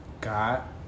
got